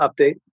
update